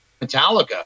Metallica